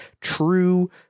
true